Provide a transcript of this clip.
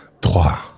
Trois